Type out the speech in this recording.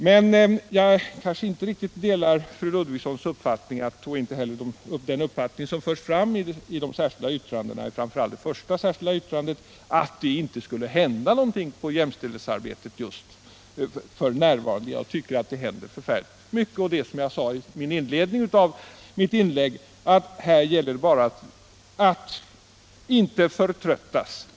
Men jag delar kanske inte riktigt fru Ludvigssons uppfattning — och inte heller uppfattningen i de två särskilda yttrandena, framför allt i det första — att det inte skulle hända någonting beträffande jämställdhetsarbetet f. n. Enligt min uppfattning händer det väldigt mycket och det gäller, som jag inledningsvis sade, att inte förtröttas.